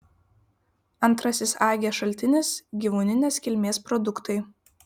antrasis age šaltinis gyvūninės kilmės produktai